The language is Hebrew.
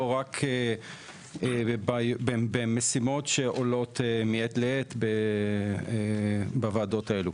רק במשימות שעולות מעת לעת בוועדות האלו.